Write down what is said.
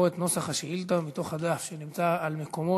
את נוסח השאילתה מתוך הדף שנמצא על מקומו,